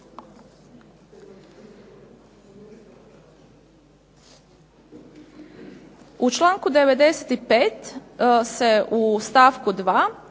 U članku 95. se u stavku 2.